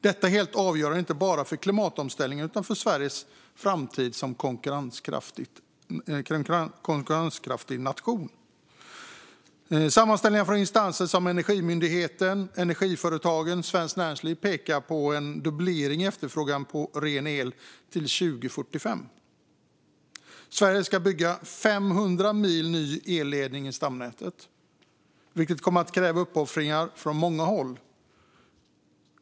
Detta är helt avgörande inte bara för klimatomställningen utan också för Sveriges framtid som en konkurrenskraftig nation. Sammanställningar från instanser som Energimyndigheten, Energiföretagen och Svenskt Näringsliv pekar på en dubblering av efterfrågan på ren el till 2045. Sverige ska bygga 500 mil ny elledning i stamnätet, vilket kommer att kräva uppoffringar från många håll.